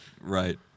Right